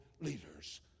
leaders